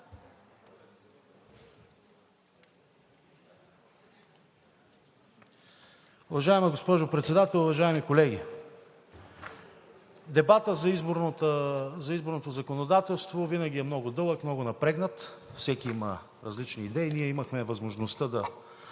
Уважаема госпожо Председател, уважаеми колеги! Дебатът за изборното законодателство винаги е много дълъг, много напрегнат, всеки има различни идеи. Ние имахме възможността да